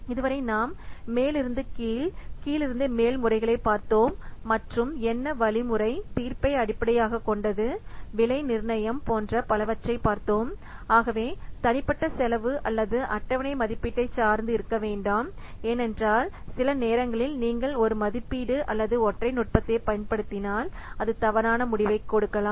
இதுவரை நாம் மேலிருந்து கீழ் கீழிருந்து மேல் முறைகளை பார்த்தோம் மற்றும் என்ன வழிமுறை தீர்ப்பை அடிப்படையாகக் கொண்டது விலை நிர்ணயம் போன்ற பலவற்றை பார்த்தோம் ஆகவே தனிப்பட்ட செலவு அல்லது அட்டவணை மதிப்பீட்டைச் சார்ந்து இருக்க வேண்டாம் ஏனென்றால் சில நேரங்களில் நீங்கள் ஒரு மதிப்பீடு அல்லது ஒற்றை நுட்பத்தைப் பயன்படுத்தினால் அது தவறான முடிவைக் கொடுக்கலாம்